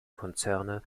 konzerne